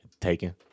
taken